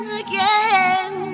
again